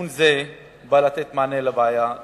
תיקון זה בא לתת מענה לבעיה זו.